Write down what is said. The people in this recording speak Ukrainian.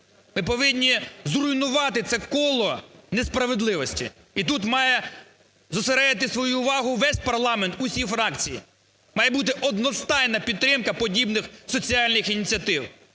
Ми повинні зруйнувати це коло несправедливості, і тут має зосередити свою увагу весь парламент, усі фракції, має бути одностайна підтримка подібних соціальних ініціатив.